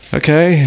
okay